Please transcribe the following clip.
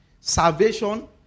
Salvation